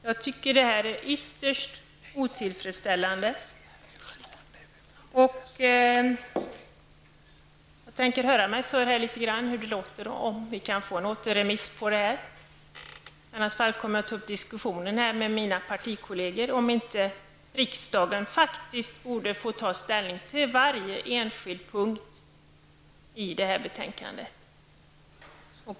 Jag tycker att det är ytterst otillfredsställande. Jag tänker höra mig för litet om det går att få en återremiss av ärendet. I annat fall tänker jag ta upp frågan till diskussion med mina partikollegor, huruvuda inte riksdagen borde få ta ställning till varje enskild punkt i betänkandet.